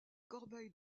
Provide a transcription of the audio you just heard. corbeilles